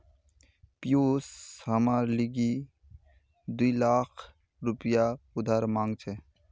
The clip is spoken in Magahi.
पियूष हमार लीगी दी लाख रुपया उधार मांग छ